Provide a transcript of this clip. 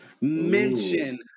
mention